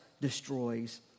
destroys